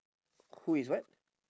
who is what